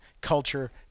culture